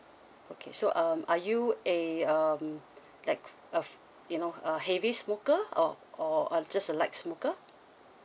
okay so um are you a um like a f~ you know a heavy smoker or or a just a light smoker